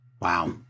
Wow